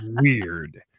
weird